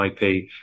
IP